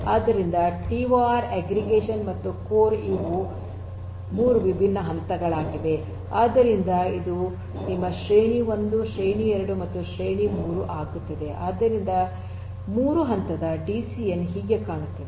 ಆದ್ದರಿಂದ TOR aggregation ಮತ್ತು core ಇವು 3 ವಿಭಿನ್ನ ಹಂತಗಳಾಗಿವೆ ಇದು ನಿಮ್ಮ ಶ್ರೇಣಿ 1 ಶ್ರೇಣಿ 2 ಮತ್ತು ಶ್ರೇಣಿ 3 ಆಗುತ್ತದೆ ಆದ್ದರಿಂದ 3 ಹಂತದ ಡಿಸಿಎನ್ ಹೀಗೆ ಕಾಣುತ್ತದೆ